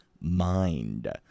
mind